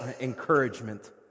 encouragement